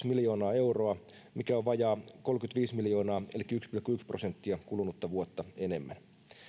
miljoonaa euroa mikä on vajaa kolmekymmentäviisi miljoonaa elikkä yksi pilkku yksi prosenttia kulunutta vuotta enemmän